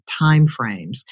timeframes